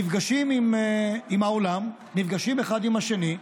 נפגשים עם העולם, נפגשים אחד עם השני,